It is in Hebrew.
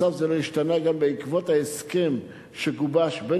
מצב זה לא השתנה גם בעקבות ההסכם שגובש בין